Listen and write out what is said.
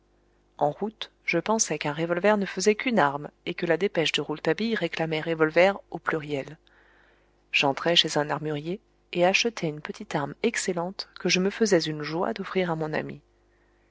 en route je pensai qu'un revolver ne faisait qu'une arme et que la dépêche de rouletabille réclamait revolvers au pluriel j'entrai chez un armurier et achetai une petite arme excellente que je me faisais une joie d'offrir à mon ami